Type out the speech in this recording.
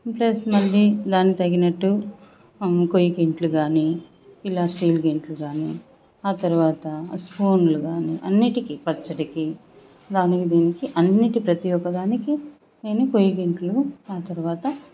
plus మళ్ళీ దానికి తగినట్టు కొయ్యకింట్లు కానీ ఇలా స్టీల్గింట్లు కానీ ఆ తరువాత స్పూన్లు కానీ అన్నింటికి పచ్చడికి దానికి దీనికి అన్నింటికి ప్రతి ఒకదానికి నేను కొయ్యగింట్లు ఆ తరువాత